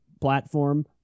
platform